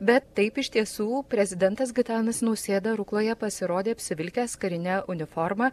bet taip iš tiesų prezidentas gitanas nausėda rukloje pasirodė apsivilkęs karine uniforma